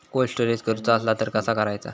Cold storage करूचा असला तर कसा करायचा?